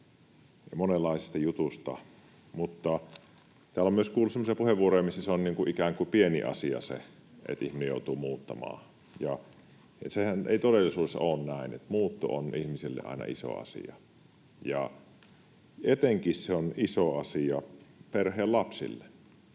ja monenlaisista jutuista. Täällä on kuultu myös semmoisia puheenvuoroja, missä se on ikään kuin pieni asia, että ihminen joutuu muuttamaan, mutta sehän ei todellisuudessa ole näin. Muutto on ihmisille aina iso asia, ja etenkin se on iso asia perheen lapsille.